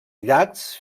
llacs